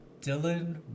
Dylan